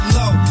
low